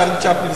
צ'רלי צפלין,